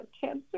cancer